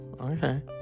okay